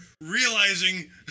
realizing